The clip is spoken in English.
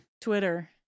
Twitter